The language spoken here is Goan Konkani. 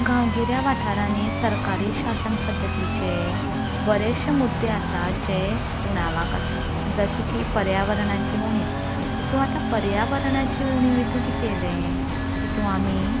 गांवगिऱ्यां वाठारांनी सरकारी शासन पद्दतीचे बरेंशे मुद्दे आसात जे उणावाक आसात जशे की पर्यावरणाची उणीव तातूंत आतां पर्यावरणाची उणीव हातूंत कितें आयलें हातूंत आमी